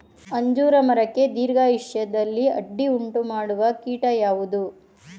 ಅಂಜೂರ ಮರಕ್ಕೆ ದೀರ್ಘಾಯುಷ್ಯದಲ್ಲಿ ಅಡ್ಡಿ ಉಂಟು ಮಾಡುವ ಕೀಟ ಯಾವುದು?